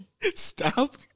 Stop